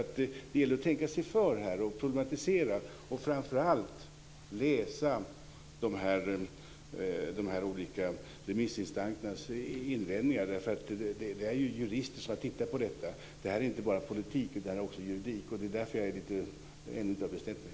Det gäller alltså att tänka sig för här och problematisera och framför allt läsa de olika remissinstansernas invändningar, eftersom det ju är jurister som har tittat på detta. Detta är inte bara politik, utan det är också juridik, och det är därför som jag ännu inte har bestämt mig.